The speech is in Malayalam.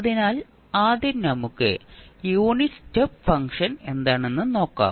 അതിനാൽ ആദ്യം നമുക്ക് യൂണിറ്റ് സ്റ്റെപ്പ് ഫംഗ്ഷൻ എന്താണെന്ന് നോക്കാം